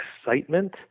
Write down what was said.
excitement